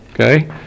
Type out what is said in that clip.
okay